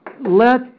let